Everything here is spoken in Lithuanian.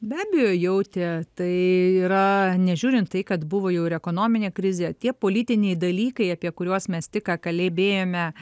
be abejo jautė tai yra nežiūrint tai kad buvo jau ir ekonominė krizė tie politiniai dalykai apie kuriuos mes tik ką kalbėjome